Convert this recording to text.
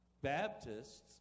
Baptists